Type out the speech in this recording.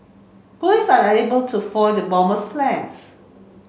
police are unable to foil the bomber's plans